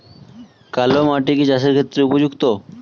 কালো মাটি কি চাষের ক্ষেত্রে উপযুক্ত?